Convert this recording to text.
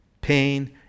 pain